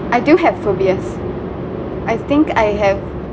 I do have phobia I think I have